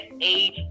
age